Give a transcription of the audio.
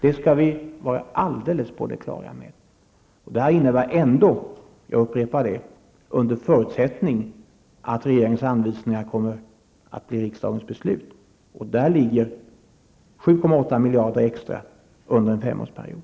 Det skall vi vara alldeles på det klara med. Försvaret får ändå, under förutsättning att regeringens anvisningar kommer att bli riksdagens beslut, 7,8 miljarder extra under en femårsperiod.